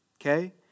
Okay